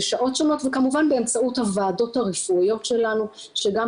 בשעות שונות וכמובן באמצעות הוועדות הרפואיות שלנו שגם